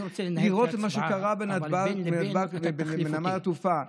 לראות מה שקרה בנתב"ג ובנמל התעופה,